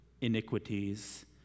iniquities